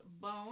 bone